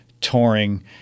touring